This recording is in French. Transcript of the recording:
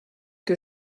que